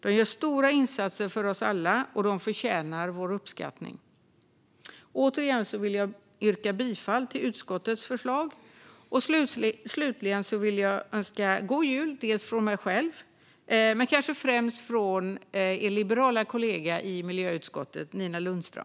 De gör stora insatser för oss alla och förtjänar vår uppskattning. Jag yrkar åter bifall till utskottets förslag. Slutligen vill jag önska god jul både från mig och min liberala kollega i utskottet, Nina Lundström.